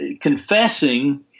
confessing